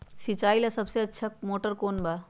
सिंचाई ला सबसे अच्छा मोटर कौन बा?